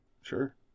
sure